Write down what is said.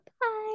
Bye